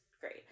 great